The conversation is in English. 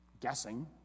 guessing